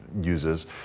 uses